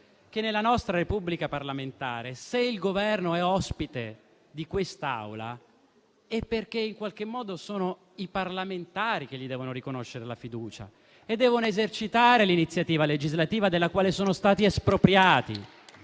che nella nostra Repubblica parlamentare, se il Governo è ospite di quest'Aula, è perché in qualche modo sono i parlamentari che gli devono riconoscere la fiducia e devono esercitare l'iniziativa legislativa, della quale sono stati espropriati.